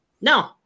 No